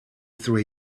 through